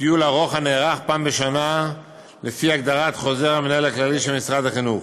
טיול ארוך הנערך פעם בשנה לפי הגדרת חוזר המנהל הכללי של משרד החינוך.